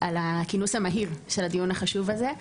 על הכינוס המהיר של הדיון החשוב הזה,